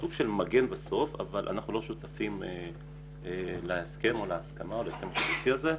סוג של מגן אבל אנחנו לא שותפים להסכם הקיבוצי הזה.